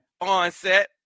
onset